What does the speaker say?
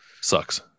Sucks